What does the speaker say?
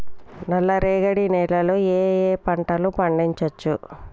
నల్లరేగడి నేల లో ఏ ఏ పంట లు పండించచ్చు?